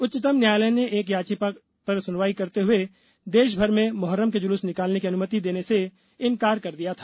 उच्चतम न्यायालय ने एक याचिका पर सुनवाई करते हुए देशभर में मोहर्रम के जुलूस निकालने की अनुमति देने से इनकार कर दिया था